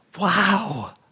wow